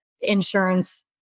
insurance